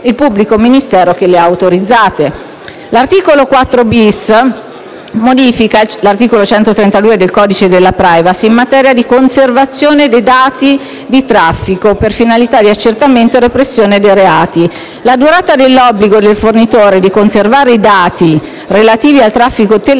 il pubblico ministero che le ha autorizzate. L'articolo 4-*bis* modifica l'articolo 132 del codice della *privacy* in materia di conservazione dei dati di traffico per finalità di accertamento e repressione dei reati. La durata dell'obbligo del fornitore di conservare i dati relativi al traffico telematico